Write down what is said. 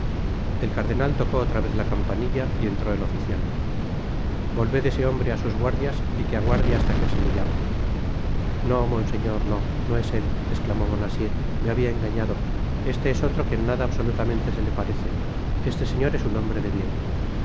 el cardenal tocó otra vez la campanilla y entró el oficial volved ese hombre á sus guardias y que aguarde hasta que se le llame nó monseñor nó no es él esclamó bonacieux me habia engañado este es otro que en nada absolutamente se le parece este señor es un hombre de bien